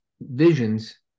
visions